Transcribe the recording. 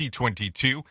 2022